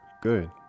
good